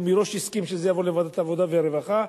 והוא מראש הסכים שזה יעבור לוועדת עבודה ורווחה.